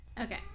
Okay